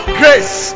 grace